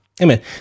Amen